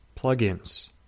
plugins